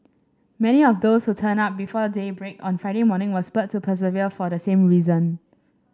many of those who turned up before daybreak on Friday morning were spurred to persevere for the same reason